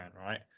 right